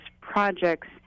projects